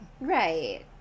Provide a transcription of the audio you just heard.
Right